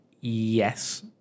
Yes